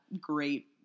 great